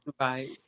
Right